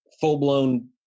full-blown